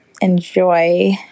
enjoy